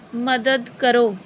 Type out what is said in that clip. ਮਦਦ ਕਰੋ